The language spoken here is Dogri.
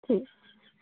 ठीक